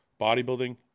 bodybuilding